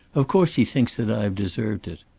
of course he thinks that i have deserved it.